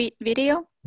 video